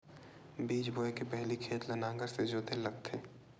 बीज बोय के पहिली खेत ल नांगर से जोतेल लगथे?